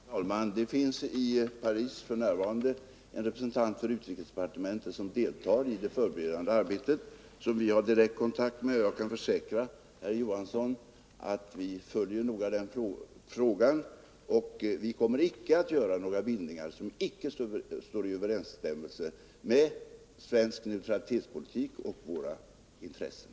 Herr talman! Det finns i Paris för närvarande en representant för UD som deltar i det förberedande arbetet och som vi har direkt kontakt med. Jag kan försäkra herr Johansson att vi noga följer denna fråga. Vi kommer icke att göra några bindningar som inte står i överensstämmelse med svensk neutralitetspolitik och svenska intressen.